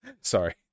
Sorry